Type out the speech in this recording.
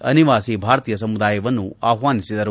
ಅನಿವಾಸಿ ಭಾರತೀಯ ಸಮುದಾಯವನ್ನು ಆಹ್ವಾನಿಸಿದರು